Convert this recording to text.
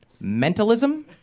mentalism